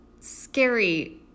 scary